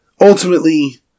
ultimately